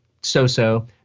so-so